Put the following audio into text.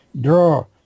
draw